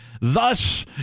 Thus